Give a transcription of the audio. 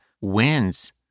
wins